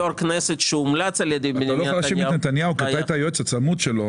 אתה לא יכול להאשים את נתניהו כי אתה היית היועץ הצמוד שלו.